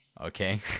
okay